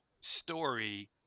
story